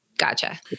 Gotcha